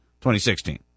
2016